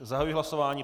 Zahajuji hlasování.